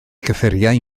cyffuriau